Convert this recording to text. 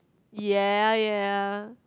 ya ya